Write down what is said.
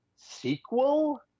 sequel